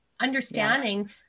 Understanding